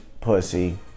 pussy